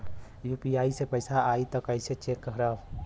UPI से पैसा आई त कइसे चेक खरब?